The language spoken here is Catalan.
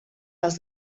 als